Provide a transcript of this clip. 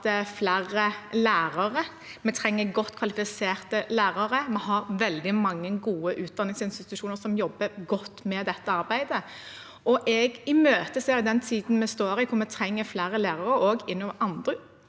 vi trenger godt kvalifiserte lærere. Vi har veldig mange gode utdanningsinstitusjoner som jobber godt med dette arbeidet. Jeg imøteser den tiden vi står i, der vi trenger flere lærere, og at det